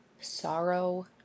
sorrow